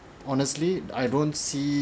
honestly I don't see